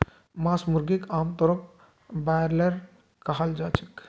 मांस मुर्गीक आमतौरत ब्रॉयलर कहाल जाछेक